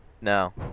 No